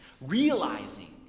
realizing